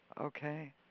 Okay